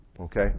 okay